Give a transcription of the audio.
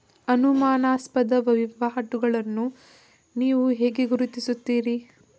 ಅನುಮಾನಾಸ್ಪದ ವಹಿವಾಟುಗಳನ್ನು ನೀವು ಹೇಗೆ ಗುರುತಿಸುತ್ತೀರಿ?